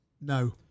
No